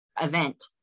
event